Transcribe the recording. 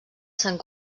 sant